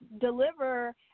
deliver